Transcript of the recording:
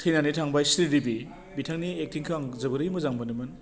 थैनानै थांबाय श्रीदेबि बिथांनि एकटिंखौ आं जोबोरै मोजां मोनोमोन